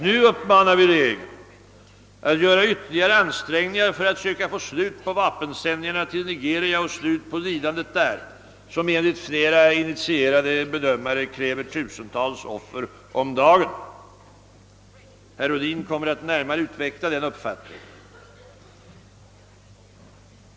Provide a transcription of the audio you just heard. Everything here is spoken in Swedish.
Nu uppmanar vi regeringen att göra ytterligare ansträngningar att söka få slut på vapensändningarna till Nigeria och slut på eländet där, som enligt flera initierade bedömare kräver tusentals offer om dagen. Herr Ohlin kommer att behandla denna fråga närmare.